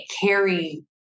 carry